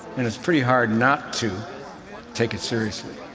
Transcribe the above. and it's pretty hard not to take it seriously.